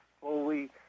fully